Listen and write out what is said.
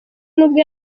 n’ubwo